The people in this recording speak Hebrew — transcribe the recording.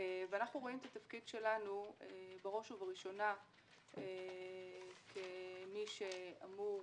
ואנחנו רואים את התפקיד שלנו בראש ובראשונה כמי שאמור